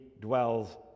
dwells